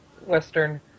Western